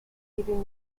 giving